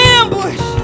ambush